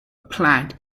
plant